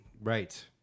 right